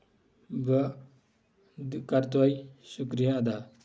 بہٕ کرٕ تۄہہ شُکرِیا اَدا